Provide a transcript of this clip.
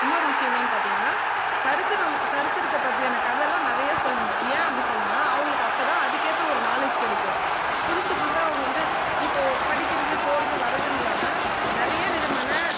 இன்னொரு விஷயம் என்னென்னு பார்த்தீங்கன்னா சரித்திரம் சரித்திரத்தை பற்றியான கதையெல்லாம் நிறைய சொல்லணும் ஏன் அப்படி சொல்லணும்னா அவங்களுக்கு அப்போதான் அதுக்கேற்ற ஒரு நாலேட்ஜ் கிடைக்கும் புதுசு புதுசாக அவங்க வந்து இப்போது படிக்கிறது போகிறது வர்றதுன்னு இல்லாமல் நிறைய விதமான